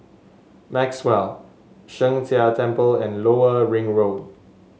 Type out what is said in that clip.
Maxwell Sheng Jia Temple and Lower Ring Road